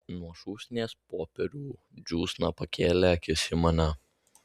nuo šūsnies popierių džiūsna pakėlė akis į mane